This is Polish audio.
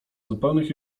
zupełnych